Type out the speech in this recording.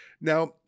Now